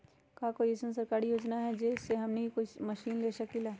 का कोई अइसन सरकारी योजना है जै से हमनी कोई मशीन ले सकीं ला?